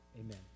Amen